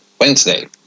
Wednesday